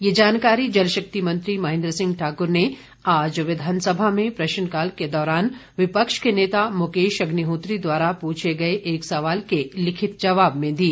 यह जानकारी जलशक्ति मंत्री महेंद्र सिंह ठाक्र ने आज विधानसभा में प्रश्नकाल के दौरान विपक्ष के नेता मुकेश अग्निहोत्री द्वारा पूछे गए एक सवाल के लिखित जवाब में दी